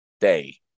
day